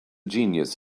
genius